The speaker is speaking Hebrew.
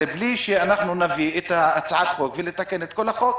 בלי שנביא הצעת חוק ונתקן את כל החוק.